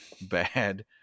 bad